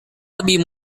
lebih